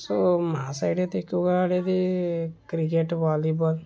so మా side అయితే ఎక్కువగా ఆడేది క్రికెట్ వాలీబాల్